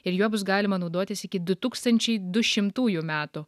ir juo bus galima naudotis iki du tūkstančiai du šimtųjų metų